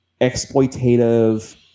exploitative